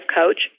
coach